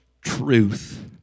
truth